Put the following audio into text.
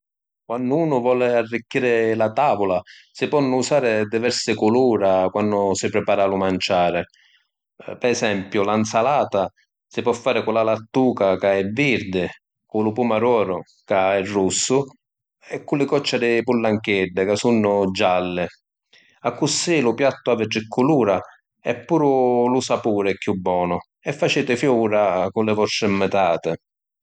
Quannu unu voli arricchiri la tavula si ponnu usari diversi culura quannu si pripara lu manciari. Pi esempiu la ‘nzalata si po’ fari cu la lattuca, ca è virdi, cu lu pumadoru, ca è russu, e cu li cocci di pullancheddi, ca sunnu gialli. Accussì lu piattu havi tri culura e puru lu sapuri è chiù bonu e faciti fiùra cu li vostri ‘nvitati.